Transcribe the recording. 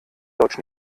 deutsch